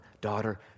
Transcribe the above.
daughter